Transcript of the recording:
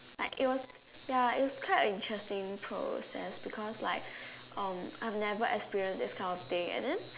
like it was ya it was quite a interesting process and it's because like um I've never experience this kind of thing and then